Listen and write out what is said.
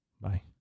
bye